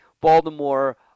Baltimore